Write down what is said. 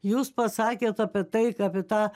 jūs pasakėt apie taiką apie tą